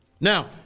Now